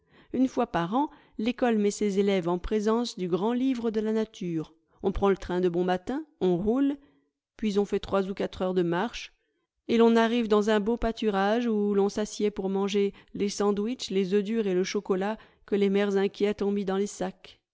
une fois par an l'ecole met ses élèves en présence du grand livre de la nature on prend le train de bon matin on roule puis on fait trois ou quatre heures de marche et l'on arrive dans un beau pâturage où l'on s'assied pour manger les sandwichs les œufs durs et le chocolat que les mères inquiètes ont mis dans les sacs